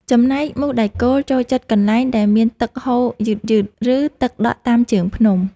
ចំណែកមូសដែកគោលចូលចិត្តកន្លែងដែលមានទឹកហូរយឺតៗ ឬទឹកដក់តាមជើងភ្នំ។